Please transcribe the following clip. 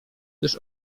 gdyż